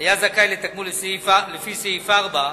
היה זכאי לתגמול לפי סעיף 4,